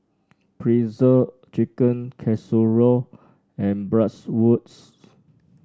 Pretzel Chicken Casserole and Bratwurst